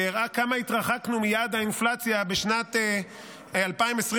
שהראה כמה התרחקנו מיעד האינפלציה בשנת 2022,